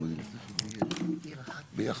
בתור